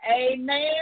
Amen